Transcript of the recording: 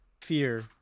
fear